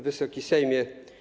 Wysoki Sejmie!